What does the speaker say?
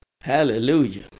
Hallelujah